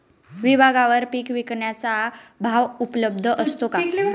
विभागवार पीक विकण्याचा भाव उपलब्ध असतो का?